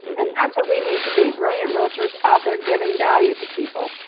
and that's what we need to be, brilliant realtors out there giving value to people.